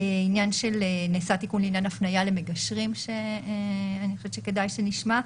עניין של נעשה תיקון לעניין הפנייה למגשרים שכדאי שנשמע.